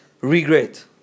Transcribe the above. regret